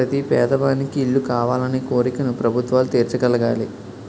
ప్రతి పేదవానికి ఇల్లు కావాలనే కోరికను ప్రభుత్వాలు తీర్చగలగాలి